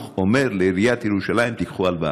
אומר לעיריית ירושלים: תיקחו הלוואה.